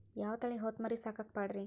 ಯಾವ ತಳಿ ಹೊತಮರಿ ಸಾಕಾಕ ಪಾಡ್ರೇ?